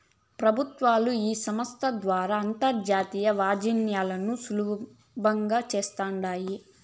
పెబుత్వాలు ఈ సంస్త ద్వారా అంతర్జాతీయ వాణిజ్యాలను సులబంగా చేస్తాండాయి